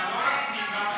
ואני, גם חינוך,